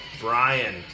Brian